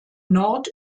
nord